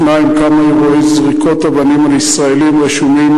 2. כמה אירועי זריקות אבנים על ישראלים רשומים